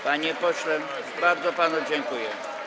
Panie pośle, bardzo panu dziękuję.